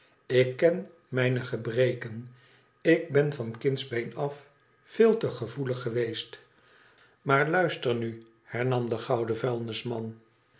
ik ken mijne gebreken ik ben van kindsbeen af veelte gfcvoelig geweest maar luister nu hernam de gouden vuilnisman